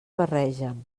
barregen